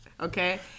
Okay